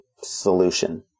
solution